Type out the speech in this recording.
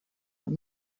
are